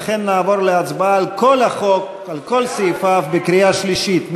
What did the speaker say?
לכן נעבור להצבעה על כל החוק על כל סעיפיו בקריאה שלישית.